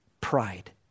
pride